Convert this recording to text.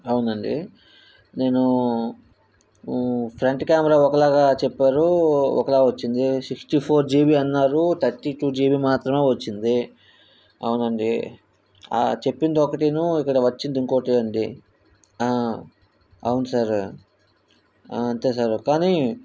అవునండి నేను front camera ఒకలాగా చెప్పారు ఒకలాగా వచ్చింది సిక్స్టీ ఫోర్ జీబీ అన్నారు థర్టీ టూ జీబీ మాత్రమే వచ్చింది అవునండి చెప్పింది ఒకటి ఇక్కడ వచ్చింది ఇంకోటి అండి అవును సార్ అంతే సార్ కానీ